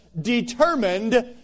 determined